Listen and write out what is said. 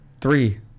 Three